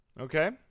Okay